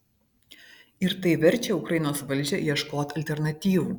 ir tai verčia ukrainos valdžią ieškoti alternatyvų